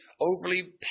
overly